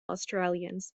australians